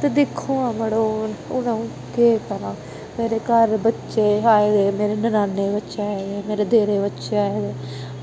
ते दिक्खो हां मड़ो हून अ'ऊं केह् करां मेरे घर बच्चे आए दे मेरी ननाने दे बच्चे आए दे मेरे देरे दे बच्चे आए दे